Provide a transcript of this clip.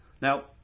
Now